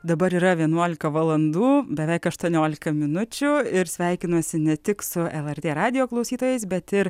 dabar yra vienuolika valandų beveik aštuoniolika minučių ir sveikinuosi ne tik su lrt radijo klausytojais bet ir